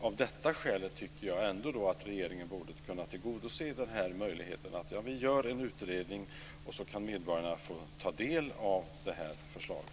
Av detta skäl tycker jag att regeringen borde kunna tillsätta en utredning. Sedan kan medborgarna få ta del av det här förslaget.